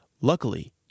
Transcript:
Luckily